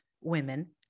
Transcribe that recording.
women